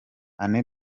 anne